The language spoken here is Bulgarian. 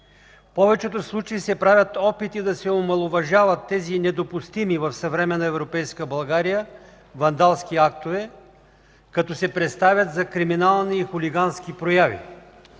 повечето случаи се правят опити да се омаловажават тези недопустими в съвременна европейска България вандалски актове като се представят за криминални и хулигански прояви.